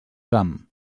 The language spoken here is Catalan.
camp